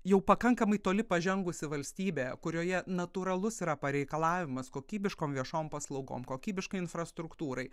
jau pakankamai toli pažengusi valstybė kurioje natūralus yra pareikalavimas kokybiškom viešom paslaugom kokybiškai infrastruktūrai